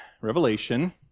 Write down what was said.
Revelation